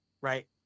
right